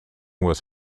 was